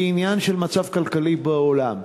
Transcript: היא עניין של מצב כלכלי בעולם,